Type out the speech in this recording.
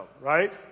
right